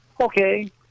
Okay